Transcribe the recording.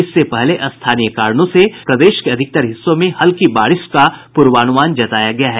इससे पहले स्थानीय कारणों से प्रदेश के अधिकतर हिस्सों में हल्की बारिश का पूर्वानुमान जताया गया है